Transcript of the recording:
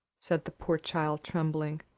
said the poor child, trembling.